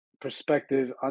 perspective